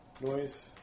noise